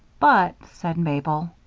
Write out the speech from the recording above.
but, said mabel,